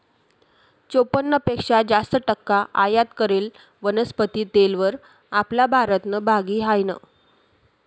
चोपन्न पेक्शा जास्त टक्का आयात करेल वनस्पती तेलवर आपला भारतनं भागी हायनं